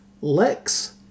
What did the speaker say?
Lex